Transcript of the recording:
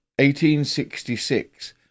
1866